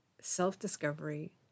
Self-discovery